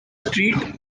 street